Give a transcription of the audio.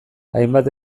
hainbat